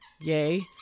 Yay